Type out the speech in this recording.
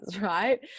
right